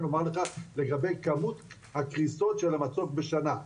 לומר לך לגבי כמות הקריסות של המצוק בשנה.